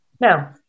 Now